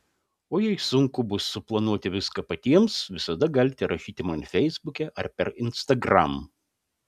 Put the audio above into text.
o jei sunku bus suplanuoti viską patiems visada galite rašyti man feisbuke ar per instagram